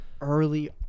early